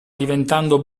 diventando